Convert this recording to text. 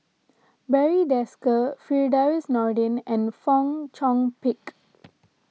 Barry Desker Firdaus Nordin and Fong Chong Pik